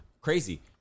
crazy